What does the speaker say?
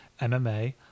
MMA